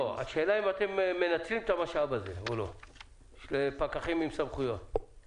השאלה אם אתם מנצלים את המשאב של פקחים עם סמכויות או לא.